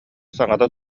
саҥата